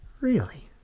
really?